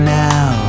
now